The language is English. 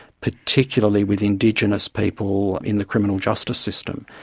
particularly with indigenous people in the criminal justice system,